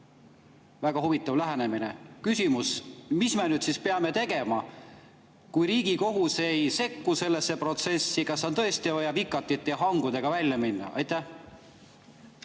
Väga huvitav lähenemine. Mis me peame tegema, kui Riigikohus ei sekku sellesse protsessi? Kas on tõesti vaja vikatite ja hangudega välja minna? Aitäh,